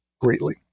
greatly